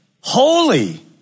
holy